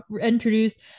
introduced